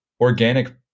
organic